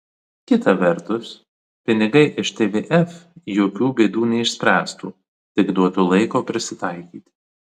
kita vertus pinigai iš tvf jokių bėdų neišspręstų tik duotų laiko prisitaikyti